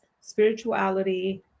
spirituality